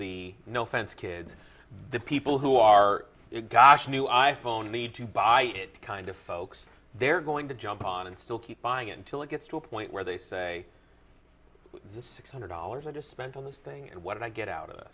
the no fence kids the people who are gosh new i phone need to buy it kind of folks they're going to jump on and still keep buying it until it gets to a point where they say the six hundred dollars i just spent on this thing and what i get out of